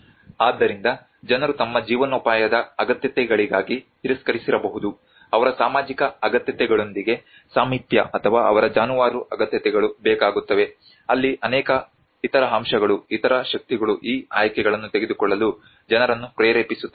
ಆದ್ದರಿಂದ ಜನರು ತಮ್ಮ ಜೀವನೋಪಾಯದ ಅಗತ್ಯತೆಗಳಿಗಾಗಿ ತಿರಸ್ಕರಿಸಿರಬಹುದು ಅವರ ಸಾಮಾಜಿಕ ಅಗತ್ಯತೆಗಳೊಂದಿಗೆ ಸಾಮೀಪ್ಯ ಅಥವಾ ಅವರ ಜಾನುವಾರು ಅಗತ್ಯತೆಗಳು ಬೇಕಾಗುತ್ತವೆ ಅಲ್ಲಿ ಅನೇಕ ಇತರ ಅಂಶಗಳು ಇತರ ಶಕ್ತಿಗಳು ಈ ಆಯ್ಕೆಗಳನ್ನು ತೆಗೆದುಕೊಳ್ಳಲು ಜನರನ್ನು ಪ್ರೇರೇಪಿಸುತ್ತದೆ